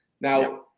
Now